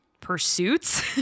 pursuits